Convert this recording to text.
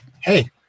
Hey